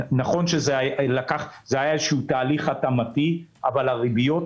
נכון שזה היה תהליך של התאמה אבל הריביות